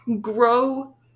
Grow